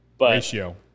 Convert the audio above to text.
Ratio